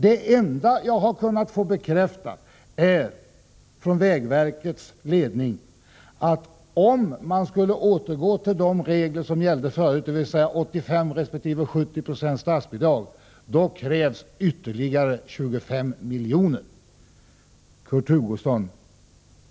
Det enda jag har kunnat få bekräftat från vägverkets ledning är att om man skulle återgå till de regler som gällde förut, dvs. 85 90 resp. 70 70 statsbidrag, krävs det ytterligare 25 milj.kr. Kurt Hugosson!